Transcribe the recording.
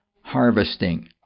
harvesting